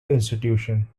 institution